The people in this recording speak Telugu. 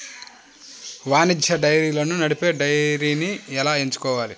వాణిజ్య డైరీలను నడిపే డైరీని ఎలా ఎంచుకోవాలి?